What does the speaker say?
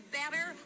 better